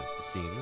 scene